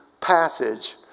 passage